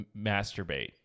masturbate